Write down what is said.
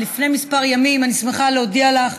ולפני כמה ימים, אני שמחה להודיע לך,